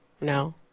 No